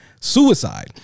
Suicide